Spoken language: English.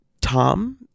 Tom